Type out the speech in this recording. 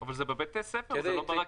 אבל זה בבתי הספר, זה לא ברכבת.